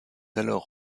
alors